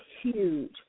huge